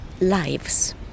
lives